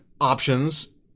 options